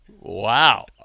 wow